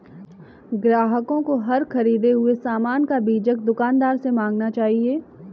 ग्राहकों को हर ख़रीदे हुए सामान का बीजक दुकानदार से मांगना चाहिए